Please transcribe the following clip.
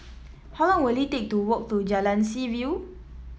how long will it take to walk to Jalan Seaview